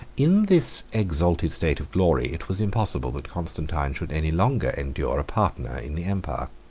in this exalted state of glory, it was impossible that constantine should any longer endure a partner in the empire.